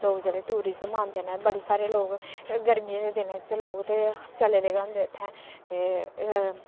लोक जेह्ड़े टूरिज्म औंदे न बड़े सारे लोग गर्मियें दे दिनैं च ते लोग चले दे गै होंदे इत्थै ते